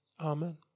Amen